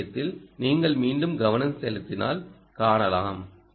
இந்த விஷயத்தில் நீங்கள் மீண்டும் கவனம் செலுத்தினால் காணலாம்